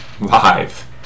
live